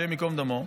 השם ייקום דמו,